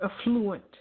Affluent